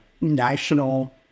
national